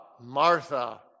Martha